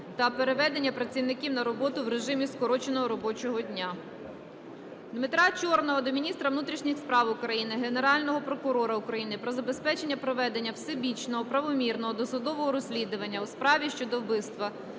та переведення працівників на роботу в режимі скороченого робочого дня. Дмитра Чорного до міністра внутрішніх справ України, Генерального прокурора України про забезпечення проведення всебічного, правомірного досудового розслідування у справі щодо вбивства